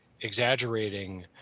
exaggerating